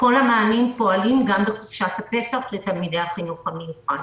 כל המענים פועלים גם בחופשת הפסח לתלמידי החינוך המיוחד.